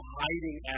hiding